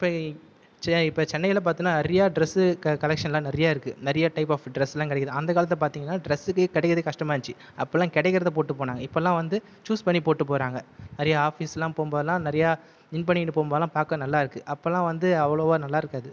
இப்போ இப்போ சென்னையில் பார்த்தோம்னா நிறைய டிரஸ் கலெக்ஷன்லாம் நிறைய இருக்குது நிறைய டைப் ஆஃப் டிரஸ் எல்லாம் கிடைக்குது அந்த காலத்தில் பார்த்தீங்கன்னா டிரஸ் கிடைக்கிறதே கஷ்டமாக இருந்துச்சி அப்போலாம் கிடைக்கிறது போட்டு போனாங்க இப்போல்லாம் வந்து ச்சூஸ் பண்ணி போட்டு போகிறாங்க நிறைய ஆஃபீஸ் எல்லாம் போகும்போதெல்லாம் நிறைய இன் பண்ணிகிட்டு போகும் போதெல்லாம் பார்க்க நல்லா இருக்குது அப்போல்லாம் வந்து அவ்வளவா நல்லா இருக்காது